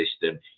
system